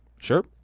Sure